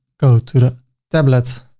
go to the tablet.